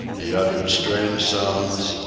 he uttered strange sounds,